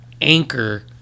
anchor